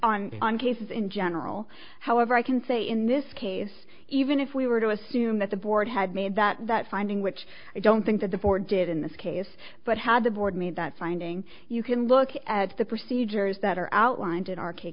on on cases in general however i can say in this case even if we were to assume that the board had made that that finding which i don't think that the board did in this case but had the board me that finding you can look at the procedures that are outlined in